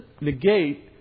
negate